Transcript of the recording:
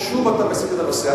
שוב אתה מסיט את הנושא,